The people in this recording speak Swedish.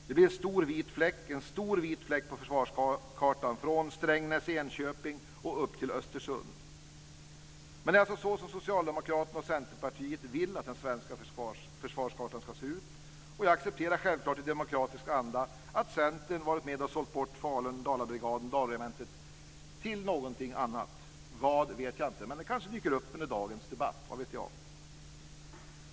Det blir en stor vit fläck på försvarskartan från Strängnäs, Enköping och upp till Östersund. Det är alltså så som Socialdemokraterna och Centerpartiet vill att den svenska försvarskartan ska se ut. Jag accepterar självklart i demokratisk anda att Centern har varit med och sålt bort Falun, Dalabrigaden/Dalregementet, till någonting annat. Vad vet jag inte. Men det kanske dyker upp under dagens debatt. Vad vet jag.